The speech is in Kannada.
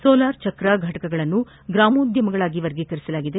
ಸೋಲಾರ್ ಚಕ್ರ ಫಟಕಗಳನ್ನು ಗ್ರಾಮೋದ್ಯಮಗಳಾಗಿ ವರ್ಗೀಕರಿಸಲಾಗಿದೆ